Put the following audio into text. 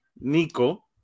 Nico